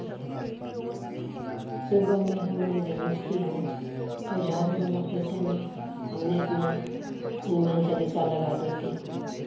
सुबह में हमने जब उठती हूँ तो झाड़ू लगाते समय हमने अपना हनुमान चालीसा लगा देती हूँ